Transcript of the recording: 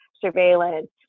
surveillance